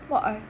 !wah!